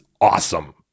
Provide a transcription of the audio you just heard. awesome